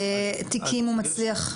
תיקים הוא מצליח?